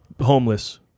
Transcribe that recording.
Homeless